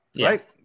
right